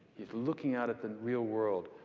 he's looking out at the real world.